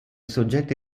soggetti